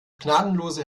gnadenlose